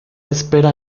espera